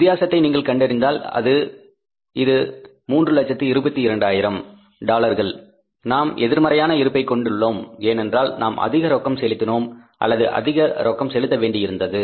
வித்தியாசத்தை நீங்கள் கண்டறிந்தால் இது 322000 டாலர்கள் நாம் எதிர்மறையான இருப்பை கொண்டுள்ளோம் ஏனென்றால் நாம் அதிக ரொக்கம் செலுத்தினோம் அல்லது அதிக ரொக்கம் செலுத்த வேண்டியிருந்தது